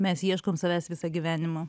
mes ieškom savęs visą gyvenimą